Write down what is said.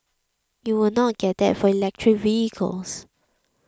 you will not get that for electric vehicles